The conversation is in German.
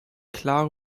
klare